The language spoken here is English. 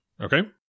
Okay